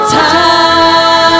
time